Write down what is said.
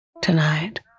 tonight